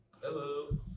Hello